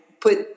put